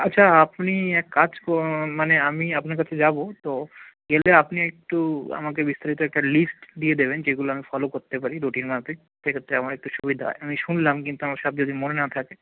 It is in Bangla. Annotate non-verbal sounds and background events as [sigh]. আচ্ছা আপনি এক কাজ [unintelligible] মানে আমি আপনার কাছে যাব তো গেলে আপনি একটু আমাকে বিস্তারিত একটা লিস্ট দিয়ে দেবেন যেগুলো আমি ফলো করতে পারি রুটিন মাফিক সেক্ষেত্রে আমার একটু সুবিধা হয় আমি শুনলাম কিন্তু আমার সব যদি মনে না থাকে